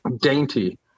dainty